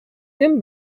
кем